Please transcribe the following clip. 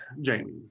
Jamie